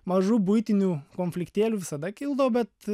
mažų buitinių konfliktėlių visada kildavo bet